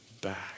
back